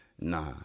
Nah